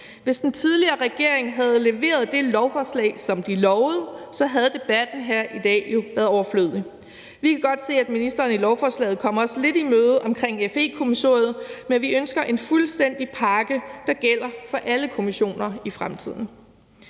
Hvis den tidligere regering havde leveret det lovforslag, som de lovede, havde debatten her i dag jo været overflødig. Vi kan godt se, at ministeren i lovforslaget kommer os lidt i møde omkring FE-kommissoriet, men vi ønsker en fuldstændig pakke, der gælder for alle kommissioner i fremtiden.